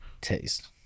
taste